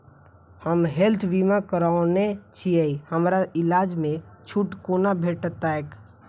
हम हेल्थ बीमा करौने छीयै हमरा इलाज मे छुट कोना भेटतैक?